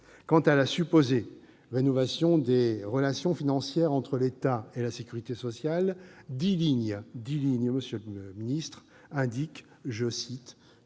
Quant à la supposée rénovation des relations financières entre l'État et la sécurité sociale, dix lignes- dix lignes,